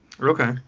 Okay